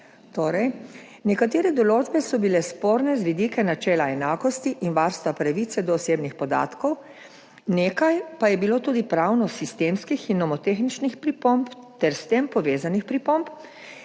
Torej, nekatere določbe so bile sporne z vidika načela enakosti in pravice do varstva osebnih podatkov, nekaj pa je bilo tudi pravno-sistemskih in nomotehničnih pripomb ter s tem povezanih pripomb,